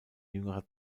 jüngerer